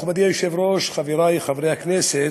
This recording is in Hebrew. מכובדי היושב-ראש, חברי חברי הכנסת,